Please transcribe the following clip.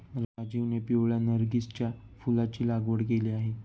राजीवने पिवळ्या नर्गिसच्या फुलाची लागवड केली आहे